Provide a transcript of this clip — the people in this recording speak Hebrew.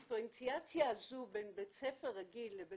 הדיפרנציאציה הזו בין בית ספר רגיל לבית